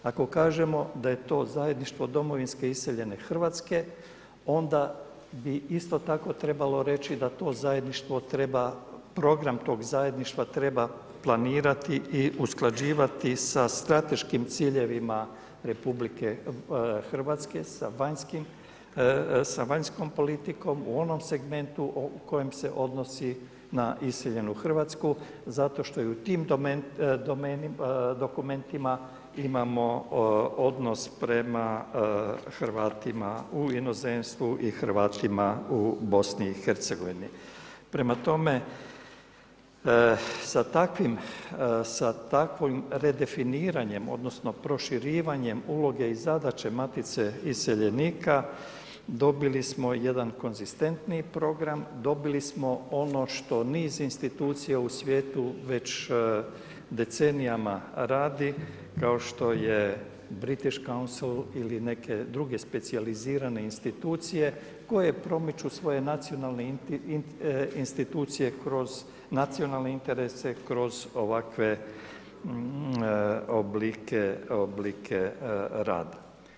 Ako kažemo da je to zajedništvo domovinske iseljene Hrvatske, onda bi isto tako trebalo reći da to zajedništvo treba, program tog zajedništva treba planirati i usklađivati sa strateškim ciljevima RH sa vanjskom politikom o onom segmentu u kojem se odnosi na iseljenu Hrvatsku zato što i u tim dokumentima imamo odnos prema Hrvatima u inozemstvu i Hrvatima u BiH—a. Prema tome sa takvim redefiniranjem, odnosno proširivanjem uloge i zadaće Matice iseljenika dobili smo jedan konzistentniji program, dobili smo ono što niz institucija u svijetu već decenijama radi kao što je British Council ili neke druge specijalizirane institucije koje promiču svoje nacionalne institucije kroz nacionalne interese kroz ovakve oblike rada.